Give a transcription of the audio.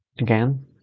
again